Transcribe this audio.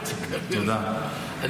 סימון,